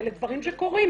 ואלה דברים שקורים,